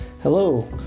Hello